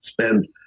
spend